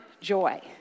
joy